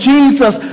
Jesus